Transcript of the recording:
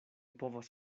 povas